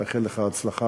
אני מאחל לך הצלחה.